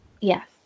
Yes